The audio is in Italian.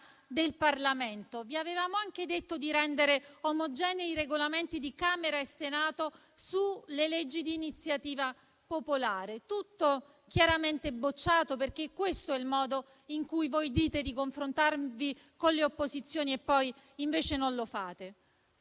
del Parlamento. Vi avevamo anche detto di rendere omogenei i Regolamenti di Camera e Senato sui disegni di legge di iniziativa popolare. Tutto è stato chiaramente bocciato, perché questo è il modo in cui vi comportate: dite di confrontarvi con le opposizioni, ma poi non lo fate.